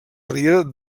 riera